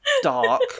dark